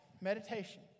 Meditation